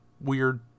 weird